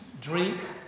drink